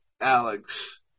Alex